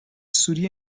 سوری